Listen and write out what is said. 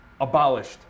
abolished